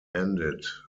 ended